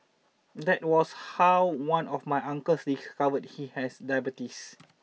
that was how one of my uncles discovered he has diabetes